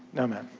no ma'am.